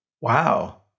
Wow